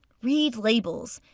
read labels.